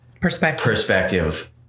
perspective